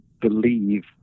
believe